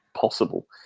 possible